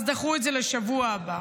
אז דחו את זה לשבוע הבא.